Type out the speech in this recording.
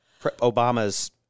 obama's